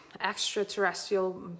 extraterrestrial